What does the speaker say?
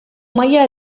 maila